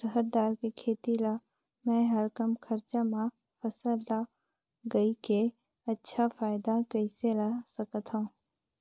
रहर दाल के खेती ला मै ह कम खरचा मा फसल ला लगई के अच्छा फायदा कइसे ला सकथव?